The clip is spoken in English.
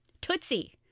Tootsie